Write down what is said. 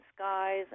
skies